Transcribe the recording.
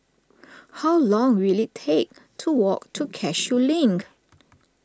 how long will it take to walk to Cashew Link